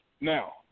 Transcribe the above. Now